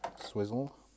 swizzle